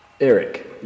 Eric